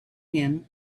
him